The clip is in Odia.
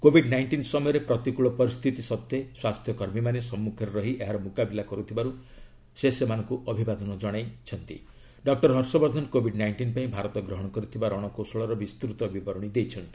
କୋବିଡ୍ ନାଇଷ୍ଟିନ୍ ସମୟରେ ପ୍ରତିକୂଳ ପରିସ୍ଥିତି ସର୍ତ୍ୱେ ସ୍ୱାସ୍ଥ୍ୟକର୍ମୀମାନେ ସମ୍ମୁଖରେ ରହି ଏହାର ମୁକାବିଲା କରୁଥିବାରୁ ସେମାନଙ୍କୁ ଅଭିବାଦନ ଜଣାଇ ଡକ୍କର ହର୍ଷବର୍ଦ୍ଧନ କୋବିଡ୍ ନାଇଷ୍ଟିନ୍ ପାଇଁ ଭାରତ ଗ୍ରହଣ କରିଥିବା ରଣକୌଶଳର ବିସ୍ତୃତ ବିବରଣୀ ଦେଇଛନ୍ତି